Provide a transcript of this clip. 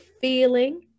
feeling